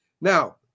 Now